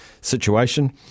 situation